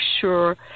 sure